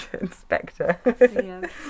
inspector